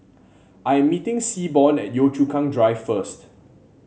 I am meeting Seaborn at Yio Chu Kang Drive first